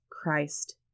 Christ